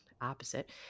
opposite